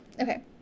Okay